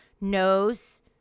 knows